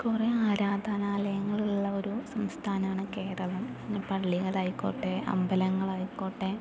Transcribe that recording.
കുറേ ആരാധനാലയങ്ങൾ ഉള്ള ഒരു സംസ്ഥാനമാണ് കേരളം പള്ളികളായിക്കോട്ടെ അമ്പലങ്ങളായിക്കോട്ടെ